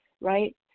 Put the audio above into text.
Right